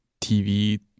TV